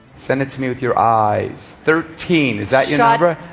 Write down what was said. send it to me with your eyes. thirteen. is that your number?